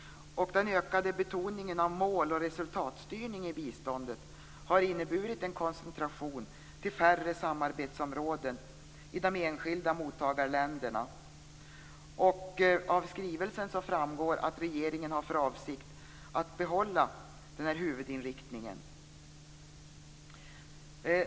Den ökade betoningen av mål och resultatstyrning i biståndet har inneburit en koncentration till färre samarbetsområden i de enskilda mottagarländerna. Av skrivelsen framgår att regeringen har för avsikt att behålla den här huvudinriktningen.